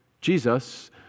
Jesus